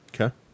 Okay